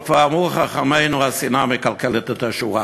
אבל כבר אמרו חכמינו: השנאה מקלקלת את השורה.